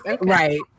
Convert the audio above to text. Right